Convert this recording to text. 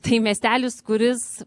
tai miestelis kuris